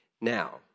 Now